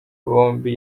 bombi